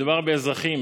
מדובר באזרחים